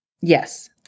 yes